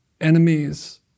enemies